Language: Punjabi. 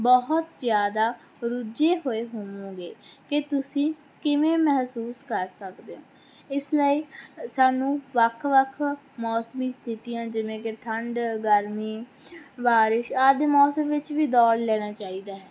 ਬਹੁਤ ਜ਼ਿਆਦਾ ਰੁੱਝੇ ਹੋਏ ਹੋਵੋਗੇ ਕਿ ਤੁਸੀਂ ਕਿਵੇਂ ਮਹਿਸੂਸ ਕਰ ਸਕਦੇ ਹੋ ਇਸ ਲਈ ਸਾਨੂੰ ਵੱਖ ਵੱਖ ਮੌਸਮੀ ਸਥਿਤੀਆਂ ਜਿਵੇਂ ਕਿ ਠੰਢ ਗਰਮੀ ਬਾਰਿਸ਼ ਆਦਿ ਮੌਸਮ ਵਿੱਚ ਵੀ ਦੌੜ ਲੈਣਾ ਚਾਹੀਦਾ ਹੈ